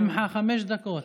שמחה, חמש דקות.